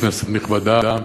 כנסת נכבדה,